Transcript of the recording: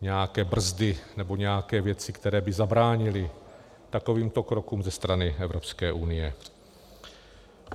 nějaké brzdy nebo nějaké věci, které by zabránily takovýmto krokům ze strany EU.